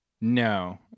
No